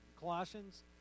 Colossians